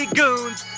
goons